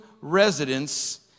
residents